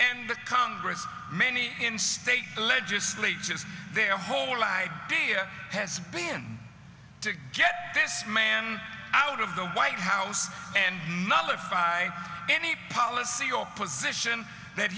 and the congress many in state legislatures their whole idea has been to get this man out of the white house and nullify any policy or position that